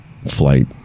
flight